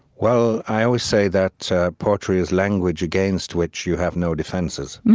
well, i always say that poetry is language against which you have no defenses.